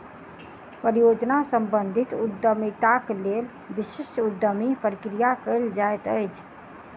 परियोजना सम्बंधित उद्यमिताक लेल विशिष्ट उद्यमी प्रक्रिया कयल जाइत अछि